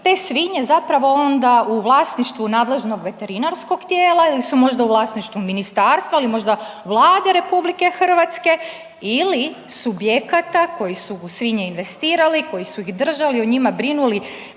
te svinje zapravo onda u vlasništvu nadležnog veterinarskog tijela ili su možda u vlasništvu ministarstva ili možda Vlade RH ili subjekta koji su u svinje investirali, koji su ih držali i o njima brinuli,